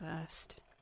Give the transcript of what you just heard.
first